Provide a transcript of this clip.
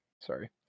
Sorry